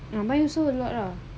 ya mine also a lot lah